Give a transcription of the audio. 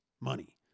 money